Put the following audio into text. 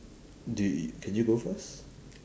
do y~ can you go first